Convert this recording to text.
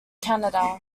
canada